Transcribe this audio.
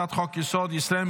חוק-יסוד: ישראל,